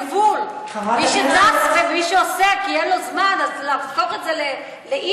לי את לא צריכה לספר את זה,